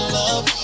love